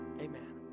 Amen